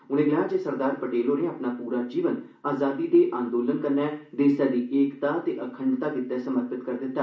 उनें गलाया जे सरदार पटेल होरें अपना पूरा जीवन आजादी दे आंदोलन कन्नै देसै दी एकता ते अखंडता गितै समर्पित करी दिता